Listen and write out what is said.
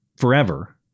forever